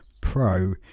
Pro